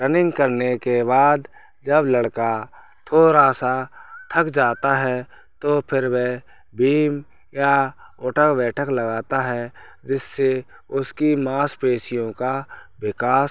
running करने के बाद जब लड़का थोड़ा सा थक जाता है तो फिर वह भीम या उठक बैठक लगाता है जिससे उसकी मांसपेशियों का विकास